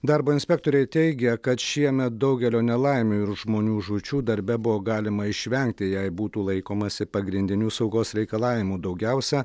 darbo inspektoriai teigia kad šiemet daugelio nelaimių ir žmonių žūčių darbe buvo galima išvengti jei būtų laikomasi pagrindinių saugos reikalavimų daugiausiai